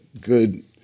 good